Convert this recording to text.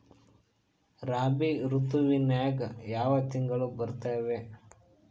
ರಾಬಿ ಋತುವಿನ್ಯಾಗ ಯಾವ ತಿಂಗಳು ಬರ್ತಾವೆ?